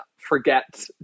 forget